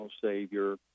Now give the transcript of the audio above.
Savior